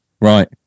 right